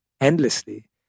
endlessly